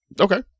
okay